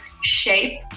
shape